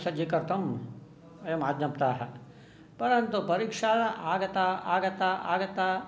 सज्जीकर्तुम् एवम् आज्ञप्ताः परन्तु परीक्षा आगता आगता आगता